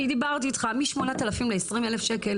אני דיברתי איתך מ-8,000 ל-20,000 שקלים